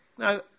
Now